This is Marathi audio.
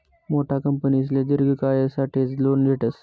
मोठा कंपनीसले दिर्घ कायसाठेच लोन भेटस